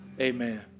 Amen